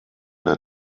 der